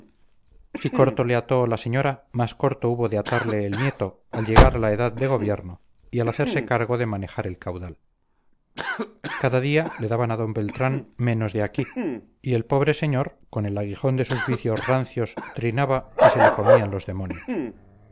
si corto le ató la señora más corto hubo de atarle el nieto al llegar a la edad de gobierno y al hacerse cargo de manejar el caudal cada día le daban a d beltrán menos de aquí y el pobre señor con el aguijón de sus vicios rancios trinaba y se le comían los demonios